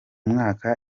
mwaka